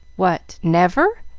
what, never?